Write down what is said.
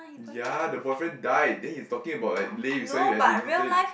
ya the boyfriend died then he's talking about like lay beside you as in like literally